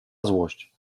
złość